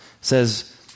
says